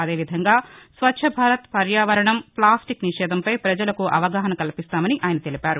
అదేవిధంగా స్వచ్చభారత్ పర్యావరణం ప్లాస్టిక్ నిషేధంపై పజలకు అవగాహన కల్పిస్తామని ఆయన తెలిపారు